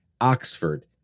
Oxford